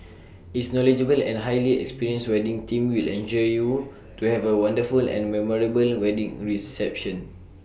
its knowledgeable and highly experienced wedding team will ensure you to have A wonderful and memorable wedding reception